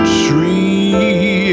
tree